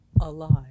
alive